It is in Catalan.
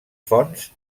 fonts